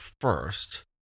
first